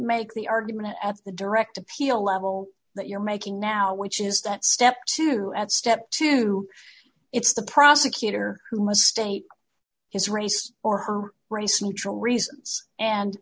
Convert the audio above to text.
make the argument at the direct appeal level that you're making now which is that step two step two it's the prosecutor who must state his race or her race neutral reasons and